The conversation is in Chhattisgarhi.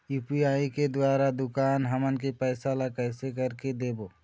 यू.पी.आई के द्वारा दुकान हमन के पैसा ला कैसे कर के देबो?